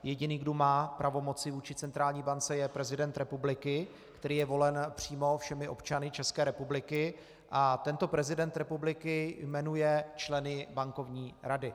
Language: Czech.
Jediný, kdo má pravomoci vůči centrální bance, je prezident republiky, který je volen přímo všemi občany České republiky, a tento prezident republiky jmenuje členy Bankovní rady.